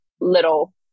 little